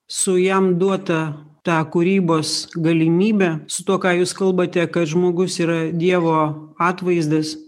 su jam duota ta kūrybos galimybe su tuo ką jūs kalbate kad žmogus yra dievo atvaizdas